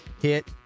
hit